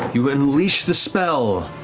you unleash the spell.